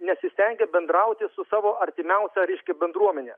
nesistengia bendrauti su savo artimiausia reiškia bendruomene